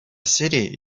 city